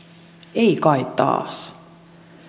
ei kai taas